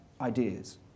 ideas